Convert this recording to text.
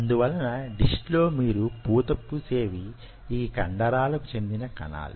అందువలన డిష్ లో మీరు పూత పూసేవి ఈ కండరాలకు చెందిన కణాలు